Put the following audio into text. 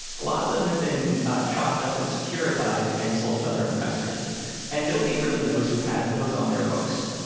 a lot of them have been chopped up and securitized and sold to other investors and nobody really knows who has those on their books.